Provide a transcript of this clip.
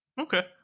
Okay